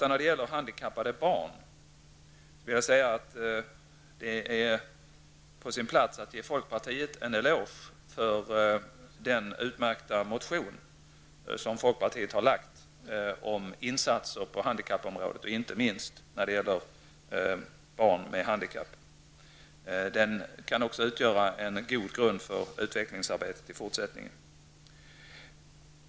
När det gäller handikappade barn får jag säga att det är på sin plats att ge folkpartiet en eloge för den utmärkta motion som folkpartiet har framlagt om insatser på handikappområdet, inte minst då det gäller barn med handikapp. Den kan också utgöra en god grund för utvecklingsarbetet i fortsättningen.